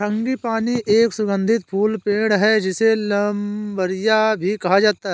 frangipani एक सुगंधित फूल पेड़ है, जिसे प्लंबरिया भी कहा जाता है